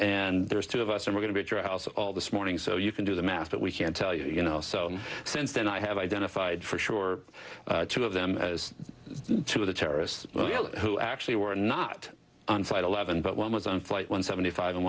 and there's two of us are going to your house all this morning so you can do the math but we can't tell you you know so since then i have identified for sure two of them as two of the terrorists who actually were not on site eleven but one was on flight one seventy five and